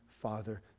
father